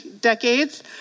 decades